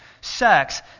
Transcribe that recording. sex